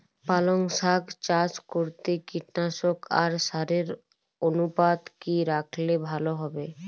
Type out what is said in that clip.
পালং শাক চাষ করতে কীটনাশক আর সারের অনুপাত কি রাখলে ভালো হবে?